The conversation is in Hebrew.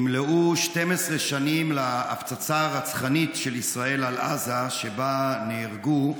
ימלאו 12 שנים להפצצה הרצחנית של ישראל על עזה שבה נהרגו,